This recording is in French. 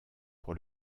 pour